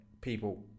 people